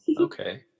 okay